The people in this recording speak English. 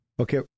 Okay